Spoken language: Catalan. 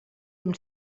amb